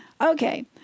Okay